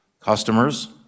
customers